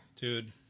Dude